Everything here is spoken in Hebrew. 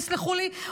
תסלחו לי,